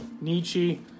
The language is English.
nietzsche